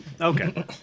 Okay